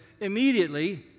immediately